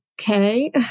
okay